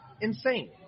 insane